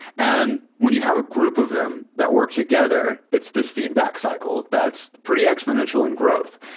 and when you have a group of them that work together, it's this feedback cycle that's pretty exponential in growth.